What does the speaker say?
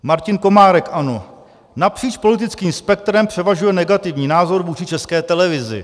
Martin Komárek, ANO: Napříč politickým spektrem převažuje negativní názor vůči České televizi.